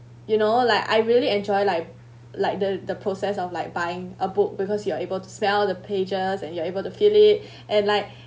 you know like I really enjoy like like the the process of like buying a book because you are able to smell the pages and you are able to feel it and like